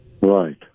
Right